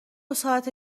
ساعته